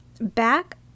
back